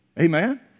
Amen